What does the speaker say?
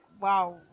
wow